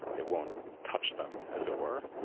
it won't touch them as it were,